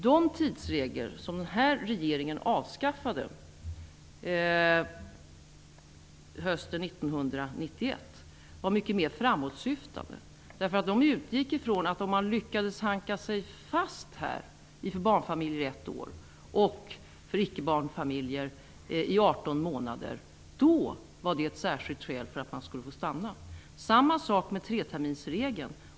De tidsregler som den här regeringen avskaffade hösten 1991 var mycket mer framåtsyftande. De utgick från att om barnfamiljer lyckades haka sig fast här i ett år och icke-barnfamiljer i 18 månader var det ett särskilt skäl för att man skulle få stanna. Samma sak gällde treterminsregeln.